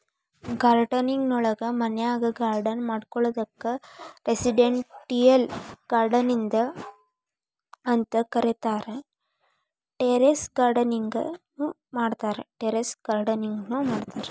gardening ನೊಳಗ ಮನ್ಯಾಗ್ garden ಮಾಡೋದಕ್ಕ್ ರೆಸಿಡೆಂಟಿಯಲ್ ಗಾರ್ಡನಿಂಗ್ ಅಂತ ಕರೇತಾರ, ಟೆರೇಸ್ ಗಾರ್ಡನಿಂಗ್ ನು ಮಾಡ್ತಾರ